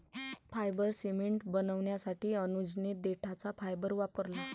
fibre cement बनवण्यासाठी अनुजने देठाचा फायबर वापरला